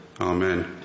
Amen